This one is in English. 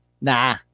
nah